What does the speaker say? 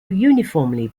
uniformly